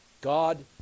God